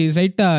right